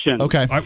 Okay